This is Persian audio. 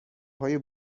های